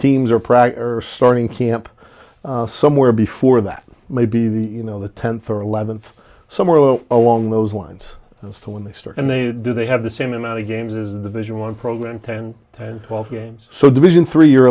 teams are prag are starting camp somewhere before that maybe the in the tenth or eleventh somewhere along those lines as to when they start and they do they have the same amount of games as division one program ten ten twelve games so division three you're